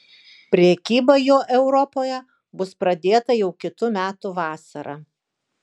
prekyba juo europoje bus pradėta jau kitų metų vasarą